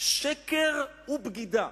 שקר ובגידה.